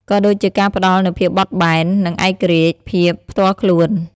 ក៏ដូចជាការផ្ដល់នូវភាពបត់បែន និងឯករាជ្យភាពផ្ទាល់ខ្លួន។